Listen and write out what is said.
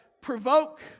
provoke